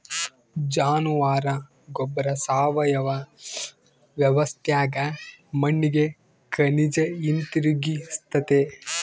ಜಾನುವಾರ ಗೊಬ್ಬರ ಸಾವಯವ ವ್ಯವಸ್ಥ್ಯಾಗ ಮಣ್ಣಿಗೆ ಖನಿಜ ಹಿಂತಿರುಗಿಸ್ತತೆ